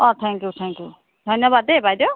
অঁ thank you thank you ধন্যবাদ দেই বাইদেউ